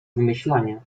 wymyślanie